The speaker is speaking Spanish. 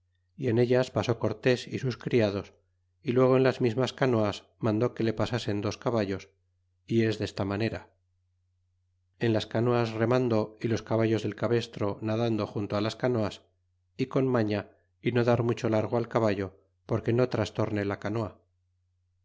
y en ellas pasó cortés y sus criados y luego en las mismas canoas mandó que le pasasen dos caballos y es desta manera en las canoas remando y los caballos del cabestro nadando junto las canoas y con maña y no dar mucho largo al caballo porque no trastorne la canoa